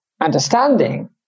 understanding